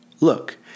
Look